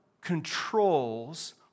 controls